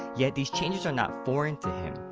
yet, these changes are not foreign to him.